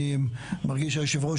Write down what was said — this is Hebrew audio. אני מרגיש שיושב הראש,